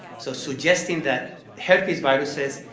so suggesting that herpes viruses